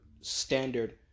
standard